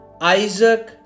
Isaac